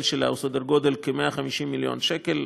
שלה הוא סדר גודל של כ-150 מיליון שקל.